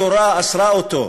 התורה אסרה אותו.